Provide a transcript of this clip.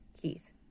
Keith